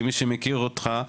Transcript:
כמי שמכיר אותך,